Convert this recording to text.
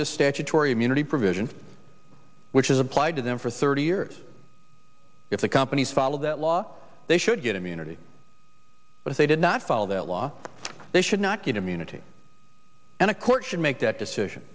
this statutory immunity provision which is applied to them for thirty years if the companies follow that law they should get immunity but if they did not follow that law they should not get immunity and a court should make that decision